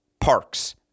Parks